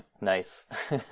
Nice